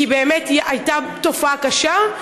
כי באמת הייתה תופעה קשה,